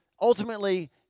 ultimately